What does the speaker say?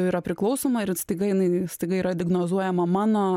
yra priklausoma ir staiga jinai staiga yra diagnozuojama mano